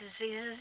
diseases